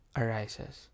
arises